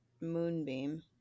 Moonbeam